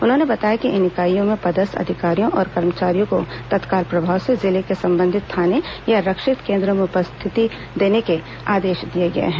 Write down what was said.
उन्होंने बताया कि इन इकाईयों में पदस्थ अधिकारियों और कर्मचारियों को तत्काल प्रभाव से जिले के संबंधित थाने या रक्षित केन्द्र में उपस्थिति देने के आदेश दिए गए हैं